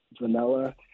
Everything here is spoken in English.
vanilla